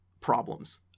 problems